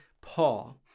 Paul